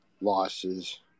losses